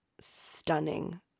stunning